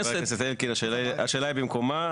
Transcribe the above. חבר הכנסת אלקין, השאלה היא במקומה.